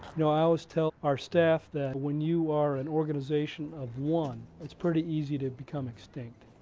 know, i always tell our staff that when you are an organization of one it's pretty easy to become extinct.